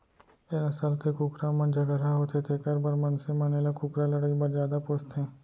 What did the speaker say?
ए नसल के कुकरा मन झगरहा होथे तेकर बर मनसे मन एला कुकरा लड़ई बर जादा पोसथें